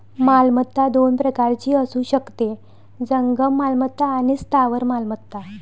मालमत्ता दोन प्रकारची असू शकते, जंगम मालमत्ता आणि स्थावर मालमत्ता